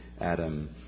Adam